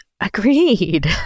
Agreed